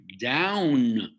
down